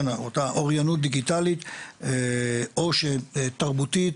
אותה אוריינות דיגיטלית או שתרבותית,